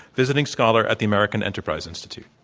visiting scholar at the american enterprise institute.